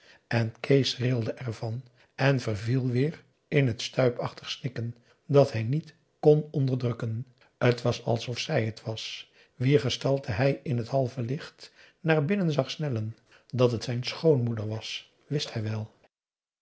en kees rilde er van en verviel weer in t stuipachtig snikken dat hij niet kon onderdrukken t was alsof zij het was wier gestalte hij in t halve licht naar binnen zag snellen dat het zijn schoonmoeder was wist hij wel